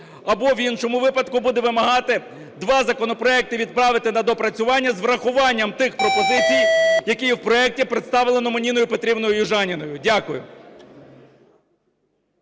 або в іншому випадку буде вимагати два законопроекти відправити на доопрацювання з врахуванням тих пропозицій, які є в проекті, представленому Ніною Петрівною Южаніною. Дякую.